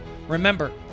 Remember